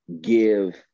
give